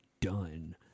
done